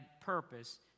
purpose